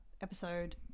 episode